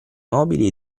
mobili